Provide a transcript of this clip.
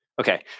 Okay